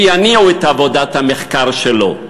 שיניעו את עבודת המחקר שלו.